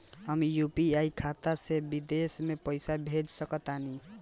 हम यू.पी.आई खाता से विदेश म पइसा भेज सक तानि?